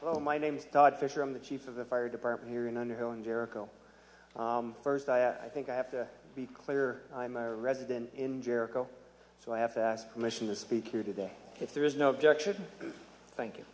oh my name's todd fisher i'm the chief of the fire department here in underhill in jericho first i think i have to be clear i am a resident in jericho so i have to ask permission to speak here today if there is no objection thank you